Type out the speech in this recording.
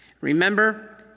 Remember